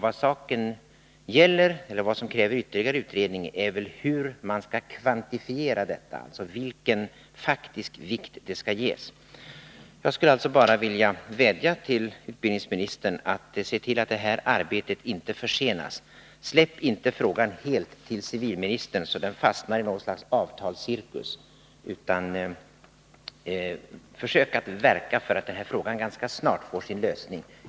Vad som kräver ytterligare utredning är väl hur man skall kvantifiera detta, alltså vilken faktisk vikt det skall ges. Jag skulle alltså bara vilja vädja till utbildningsministern att se till att detta arbete inte försenas. Släpp inte frågan helt till civilministern, så att den fastnar i något slags avtalscirkus, utan försök verka för att denna fråga ganska snart får sin lösning!